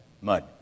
mud